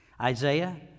Isaiah